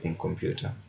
computer